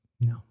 No